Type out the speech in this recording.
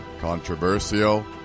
Controversial